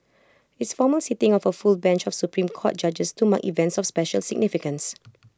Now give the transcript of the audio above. it's formal sitting of A full bench of Supreme court judges to mark events of special significance